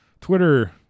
Twitter